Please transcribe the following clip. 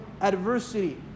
adversity